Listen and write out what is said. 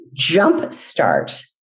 jumpstart